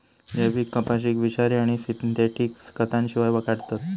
जैविक कपाशीक विषारी आणि सिंथेटिक खतांशिवाय काढतत